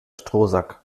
strohsack